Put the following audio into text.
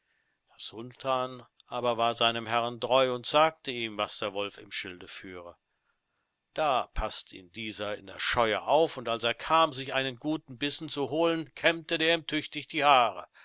aber war seinem herrn treu und sagte ihm was der wolf im schilde führe da paßt ihm dieser in der scheuer auf und als er kam und sich einen guten bissen holen wollte kämmte er ihm tüchtig